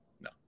No